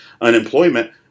unemployment